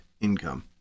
income